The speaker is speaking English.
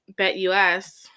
BetUS